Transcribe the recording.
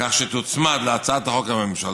כך שתוצמד להצעת החוק הממשלתית,